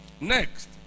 next